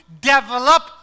develop